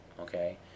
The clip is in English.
Okay